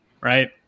right